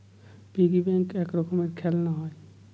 piggy bank এক রকমের খেলনা হয়